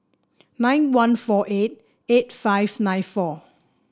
nine one four eight eight five nine four